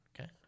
Okay